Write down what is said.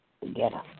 Together